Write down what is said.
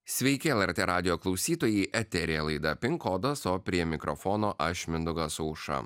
sveiki lrt radijo klausytojai eteryje laida pin kodas o prie mikrofono aš mindaugas aušra